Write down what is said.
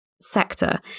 sector